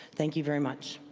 thank you very much.